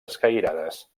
escairades